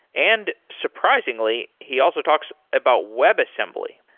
and surprisingly, he also talks about webassembly.